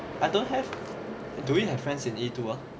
I don't have do we have friends in E two ah